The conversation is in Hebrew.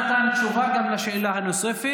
השר נתן תשובה גם על השאלה הנוספת.